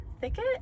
Thicket